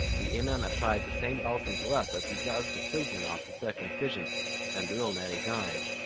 the iman applied the same balsam to us, as he does to children after circumcision and we all nearly died.